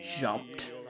jumped